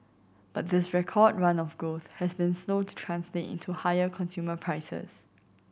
but this record run of growth has been slow to translate into higher consumer prices